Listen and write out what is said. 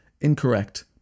incorrect